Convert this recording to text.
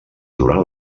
durant